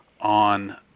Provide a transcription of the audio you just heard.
on